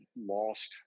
lost